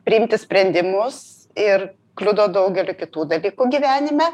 priimti sprendimus ir kliudo daugelį kitų dalykų gyvenime